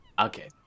Okay